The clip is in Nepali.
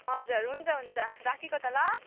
हजुर हुन्छ हुन्छ राखेको त ल